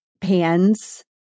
pans